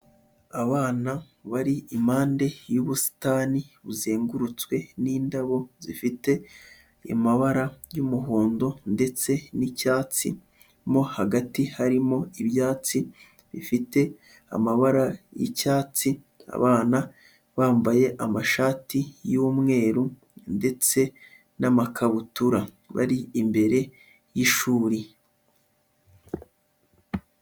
Abana bari impande y'ubusitani buzengurutswe n'indabo zifite amabara y'umuhondo ndetse n'icyatsi mo hagati harimo ibyatsi bifite amabara y'icyatsi, abana bambaye amashati y'umweru ndetse n'amakabutura bari imbere y'ishuri.